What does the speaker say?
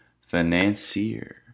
financier